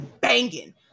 banging